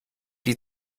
die